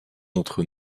entre